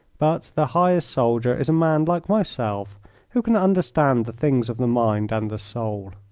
but the highest soldier is a man like myself who can understand the things of the mind and the soul.